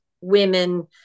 women